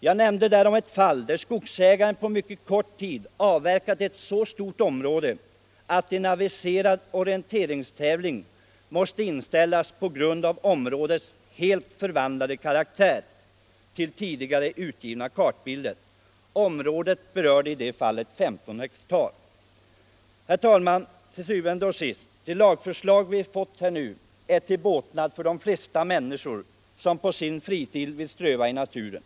Jag nämnde där om ett fall där skogsägaren på mycket — Nr 145 kort tid avverkat ett så stort område att en aviserad orienteringstävling Lördagen den måste inställas på grund av att området helt förändrat karaktär i för 14 december 1974 hållande till tidigare utgivna kartbilder. Området omfattade i det fallet 15 hektar. Ändringar i Til syvende og sidst, herr talman! Det lagförslag som vi nu fått är — naturvårdslagen till båtnad för de flesta människor som på sin fritid vill ströva i naturen.